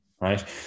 right